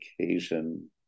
occasion